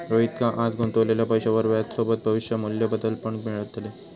रोहितका आज गुंतवलेल्या पैशावर व्याजसोबत भविष्य मू्ल्य बदल पण मिळतले